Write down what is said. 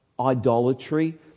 idolatry